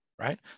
right